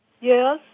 Yes